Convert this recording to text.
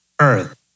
earth